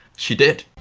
she did.